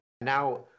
now